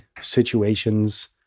situations